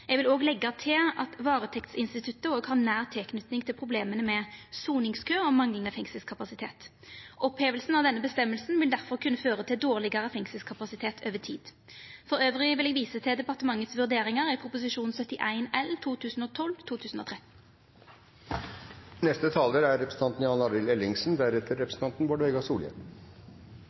Eg vil òg leggja til at varetektsinstituttet har nær tilknyting til problema med soningskø og manglande fengselskapasitet. Oppheving av denne bestemminga vil derfor kunne føra til dårlegare fengselskapasitet over tid. Elles vil eg visa til departementet sine vurderingar i Prop. 71 L for 2012–2013. Dette er